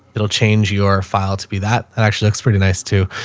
it'll change your file to be that. it actually looks pretty nice to,